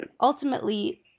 ultimately